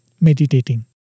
meditating